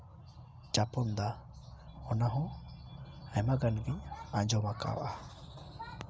ᱡᱟᱯᱚᱱᱫᱟ ᱚᱱᱟᱦᱚᱸ ᱟᱭᱢᱟ ᱜᱟᱱᱜᱤᱧ ᱟᱸᱡᱚᱢ ᱠᱟᱜᱼᱟ